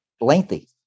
lengthy